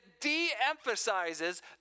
de-emphasizes